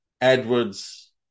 Edwards